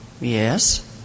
Yes